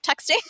texting